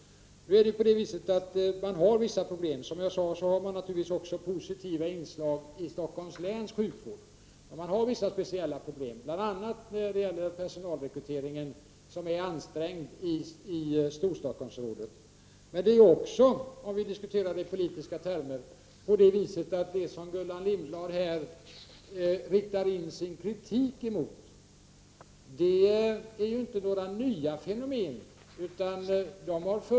Som jag sade finns naturligtvis också positiva inslag i Stockholms läns sjukvård. Man har dock vissa speciella problem. Det gäller bl.a. personalrekryteringen, som är ansträngd i Storstockholmsområdet. Om vi skall diskutera i politiska termer är det emellertid så att det som Gullan Lindblad riktar in sin kritik emot inte är något nytt fenomen.